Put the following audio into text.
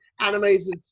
animated